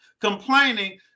complaining